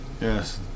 Yes